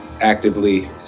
actively